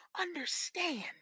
understand